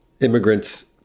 immigrants